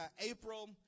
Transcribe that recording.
April